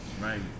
Right